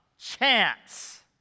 chance